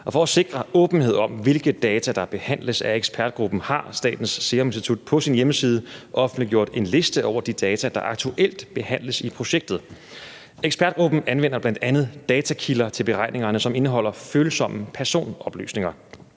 Og for at sikre åbenhed om, hvilke data der behandles af ekspertgruppen, har Statens Serum Institut på sin hjemmeside offentliggjort en liste over de data, der aktuelt behandles i projektet. Ekspertgruppen anvender bl.a. datakilder til beregningerne, som indeholder følsomme personoplysninger.